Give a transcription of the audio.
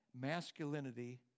masculinity